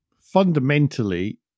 fundamentally